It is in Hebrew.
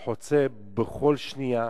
חוצה בכל שנייה,